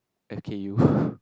okay you